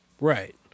Right